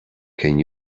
can